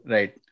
Right